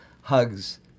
hugs